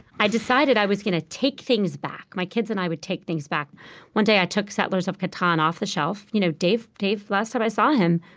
i decided i was going to take things back. my kids and i would take things back one day, i took settlers of catan off the shelf you know dave, last time i saw him,